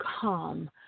calm